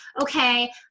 okay